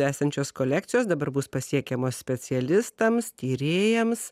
esančios kolekcijos dabar bus pasiekiamos specialistams tyrėjams